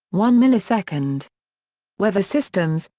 one millisecond weather systems,